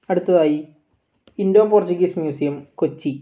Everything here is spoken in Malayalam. അടുത്തയായി ഇൻഡോ പോർച്ചുഗീസ് മ്യൂസിയം കൊച്ചി